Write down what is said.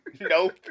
Nope